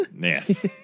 Yes